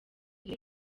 riri